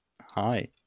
Hi